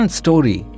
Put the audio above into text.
story